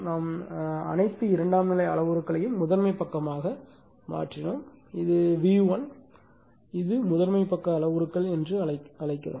நாம் அனைத்து இரண்டாம் நிலை அளவுருக்களையும் முதன்மை பக்கமாக மாற்றுகிறோம் இது V1 இது முதன்மை பக்க அளவுருக்கள் என்று அழைக்கிறோம்